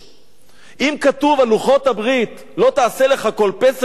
אם כתוב על לוחות הברית "לא תעשה לך פסל וכל תמונה"